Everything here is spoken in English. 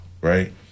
right